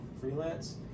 freelance